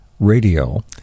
Radio